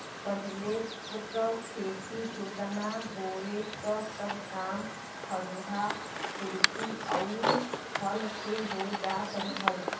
पहिले त खेत जोतना बोये क सब काम फरुहा, खुरपी आउर हल से हो जात रहल